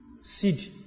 Seed